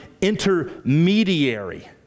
intermediary